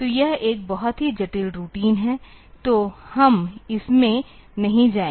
तो यह एक बहुत ही जटिल रूटीन है तो हम इसमें नहीं जाएंगे